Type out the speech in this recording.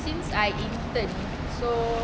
since I intern so